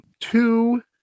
two